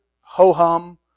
ho-hum